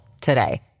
today